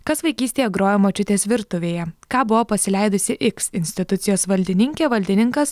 kas vaikystėje grojo močiutės virtuvėje ką buvo pasileidusi x institucijos valdininkė valdininkas